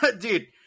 dude